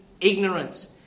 ignorance